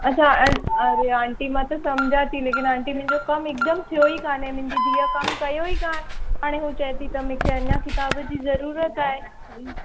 अच्छा अं अड़े आंटी मां त समुझा थी लेकिनि आंटी मुंहिंजो कमु हिकदमि थियो ई काने मुंहिंजी धीअ कमु कयो ई कान हाणे हू चवे थी त मूंखे अञा किताब जी ज़रूरत आहे